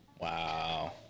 Wow